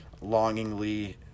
longingly